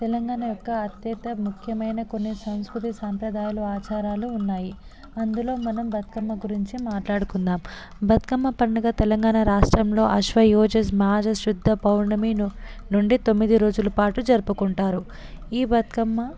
తెలంగాణ యొక్క అత్యంత ముఖ్యమైన కొన్ని సంస్కృతి సంప్రదాయాలు ఆచారాలు ఉన్నాయి అందులో మనం బతుకమ్మ గురించి మాట్లాడుకుందాం బతుకమ్మ పండుగ తెలంగాణ రాష్ట్రంలో ఆశ్వయుజ మాస శుద్ధ పౌర్ణమి ను నుండి తొమ్మిది రోజులు పాటు జరుపుకుంటారు ఈ బతుకమ్మ